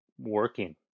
Working